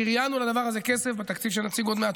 שריינו לדבר הזה כסף בתקציב שנציג עוד מעט.